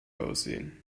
aussehen